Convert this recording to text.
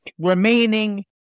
remaining